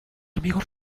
amigos